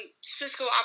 Cisco